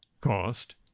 cost